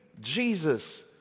Jesus